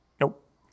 Nope